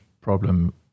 problem